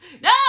No